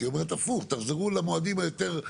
היא אומרת שהפוך, תחזרו למועדים יותר רחבים.